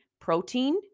Protein